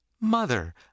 Mother